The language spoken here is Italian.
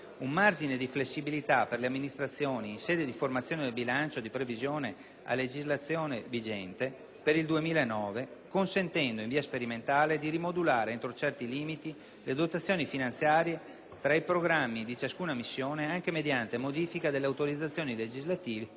un margine di flessibilità per le amministrazioni in sede di formazione del bilancio di previsione a legislazione vigente per il 2009, consentendo (in via sperimentale) di rimodulare, entro certi limiti, le dotazioni finanziarie tra i programmi di ciascuna missione, anche mediante modifica delle autorizzazioni legislative